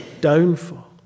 downfall